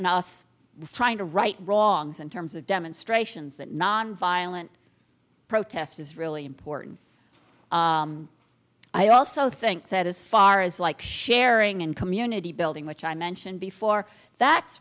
house trying to right wrongs in terms of demonstrations that nonviolent protest is really important i also think that as far as like sharing and community building which i mentioned before that's